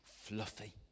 fluffy